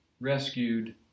rescued